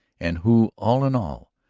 and who, all in all,